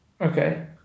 Okay